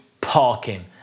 parking